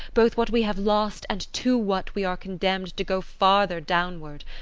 both what we have lost and to what we are condemned to go farther downward.